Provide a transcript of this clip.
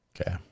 Okay